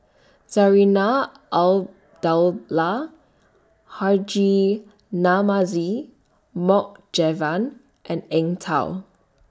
Zarinah Abdullah Haji Namazie Mohd Javad and Eng Tow